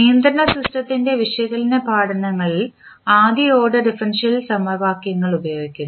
നിയന്ത്രണ സിസ്റ്റത്തിന്റെ വിശകലന പഠനങ്ങളിൽ ആദ്യ ഓർഡർ ഡിഫറൻഷ്യൽ സമവാക്യങ്ങൾ ഉപയോഗിക്കുന്നു